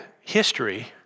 history